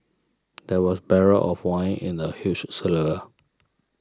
there were barrels of wine in the huge cellar